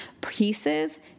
pieces